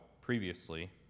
previously